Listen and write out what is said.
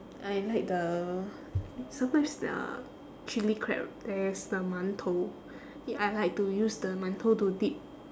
I like the sometimes their chilli crab there is the mantou ya I like to use the mantou to dip